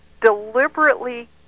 deliberately